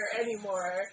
anymore